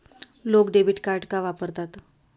लोक debit card का वापरतात?